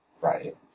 Right